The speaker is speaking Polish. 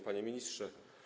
Panie Ministrze!